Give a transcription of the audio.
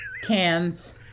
Cans